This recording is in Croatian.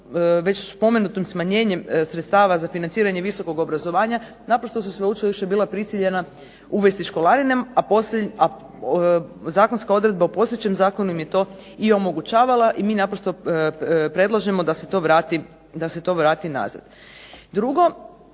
već spomenutim smanjenjem sredstava za financiranje visokog obrazovanja naprosto su sveučilišta bila prisiljena uvesti školarine, a zakonska odredba u postojećem zakonu im je to i omogućavala, i mi naprosto predlažemo da se to vrati nazad. Drugo,